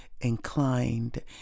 inclined